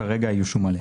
כרגע האיוש הוא מלא.